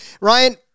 Ryan